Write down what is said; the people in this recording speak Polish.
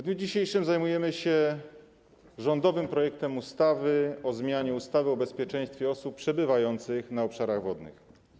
Dzisiaj zajmujemy się rządowym projektem ustawy o zmianie ustawy o bezpieczeństwie osób przebywających na obszarach wodnych.